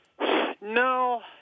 No